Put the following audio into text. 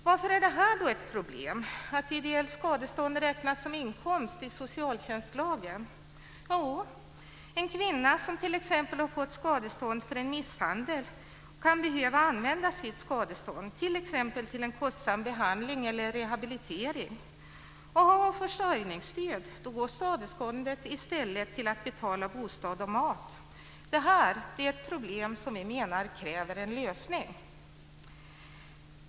Varför är det då ett problem att ideellt skadestånd räknas som inkomst i socialtjänstlagen? En kvinna som t.ex. har fått skadestånd för en misshandel kan behöva använda sitt skadestånd till en kostsam behandling eller rehabilitering. Har hon försörjningsstöd går skadeståndet i stället till att betala bostad och mat. Det här är ett problem som vi menar kräver en lösning.